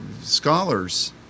scholars